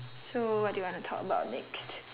so what do you want to talk about next